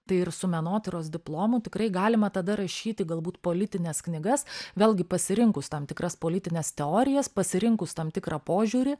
tai ir su menotyros diplomu tikrai galima tada rašyti galbūt politines knygas vėlgi pasirinkus tam tikras politines teorijas pasirinkus tam tikrą požiūrį